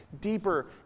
deeper